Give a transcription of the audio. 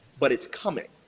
but it's coming.